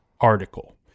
article